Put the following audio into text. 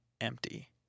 empty